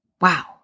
Wow